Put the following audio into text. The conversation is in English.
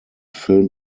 film